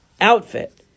outfit